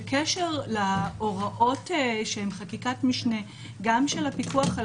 בקשר להוראות שהן חקיקת משנה גם של הפיקוח על